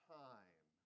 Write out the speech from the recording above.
time